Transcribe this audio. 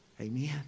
Amen